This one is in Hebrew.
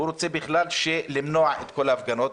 הוא רוצה למנוע את כל ההפגנות.